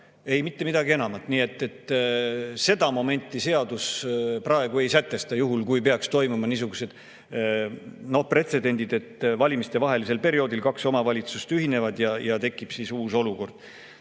Ei mitte midagi enamat. Seda momenti seadus praegu ei sätesta, kui peaks toimuma niisugune pretsedent, et valimistevahelisel perioodil kaks omavalitsust ühinevad ja tekib uus olukord.